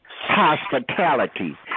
hospitality